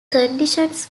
conditions